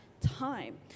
time